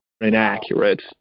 inaccurate